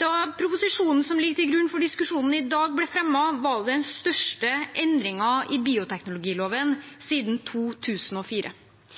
Da proposisjonen som ligger til grunn for diskusjonen i dag, ble fremmet, var det den største endringen i bioteknologiloven siden 2004.